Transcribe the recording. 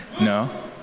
No